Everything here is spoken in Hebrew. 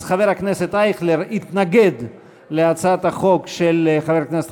אז חבר הכנסת אייכלר יתנגד להצעת החוק של חבר הכנסת